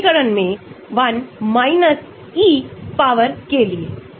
प्रत्येक भौतिक रासायनिक प्रॉपर्टी के लिए मूल्यों की एक श्रृंखला का अध्ययन किया गया है